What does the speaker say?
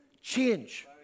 change